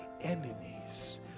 enemies